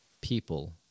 people